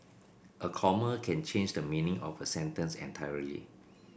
a comma can change the meaning of a sentence entirely